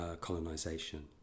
colonisation